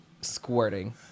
squirting